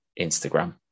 Instagram